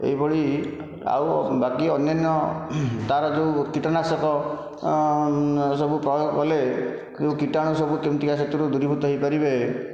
ଏହିଭଳି ଆଉ ବାକି ଅନ୍ୟାନ୍ୟ ତାର ଯେଉଁ କୀଟନାଶକ ସବୁ ପ୍ରୟୋଗ କଲେ ଯେଉଁ କୀଟାଣୁ ସବୁ କେମିତିକା ସେଥିରୁ ଦୂରୀଭୂତ ହୋଇପାରିବେ